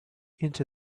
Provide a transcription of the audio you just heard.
into